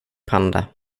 panda